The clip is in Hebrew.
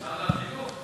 לוועדת החינוך.